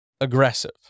aggressive